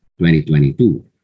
2022